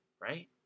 right